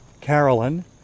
Carolyn